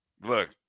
look